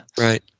Right